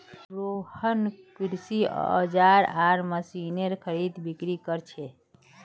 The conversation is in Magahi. रोहन कृषि औजार आर मशीनेर खरीदबिक्री कर छे